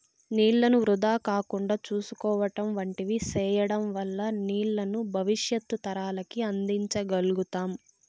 నీళ్ళను వృధా కాకుండా చూసుకోవడం వంటివి సేయడం వల్ల నీళ్ళను భవిష్యత్తు తరాలకు అందించ గల్గుతాం